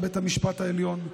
על בית המשפט העליון,